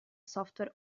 software